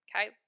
Okay